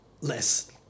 less